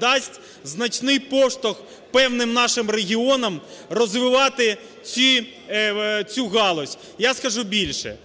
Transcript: дасть значний поштовх певним нашим регіонам розвивати цю галузь. Я скажу більше,